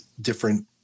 different –